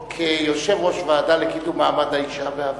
כיושב-ראש הוועדה לקידום מעמד האשה בעבר.